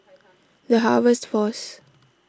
the Harvest force